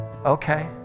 Okay